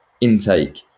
intake